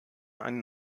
ein